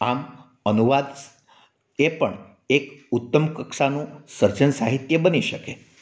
આમ અનુવાદ એ પણ એક ઉત્તમ કક્ષાનું સર્જન સાહિત્ય બની શકે